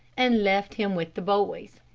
and left him with the boys.